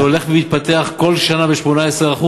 וזה הולך ומתפתח כל שנה ב-18%.